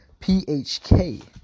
PHK